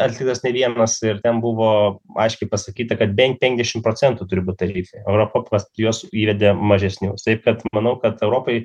atliktas ne vienas ir ten buvo aiškiai pasakyta kad bent penkiašim procentų turi būt tarife europa pas juos įvedė mažesnius taip kad manau kad europai